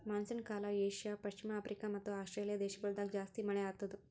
monsoon ಕಾಲ Asia, ಪಶ್ಚಿಮ Africa ಮತ್ತ ಆಸ್ಟ್ರೇಲಿಯಾ ದೇಶಗೊಳ್ದಾಗ್ ಜಾಸ್ತಿ ಮಳೆ ಆತ್ತುದ್